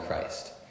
christ